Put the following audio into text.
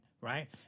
right